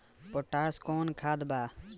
Potash कोउन खाद बा?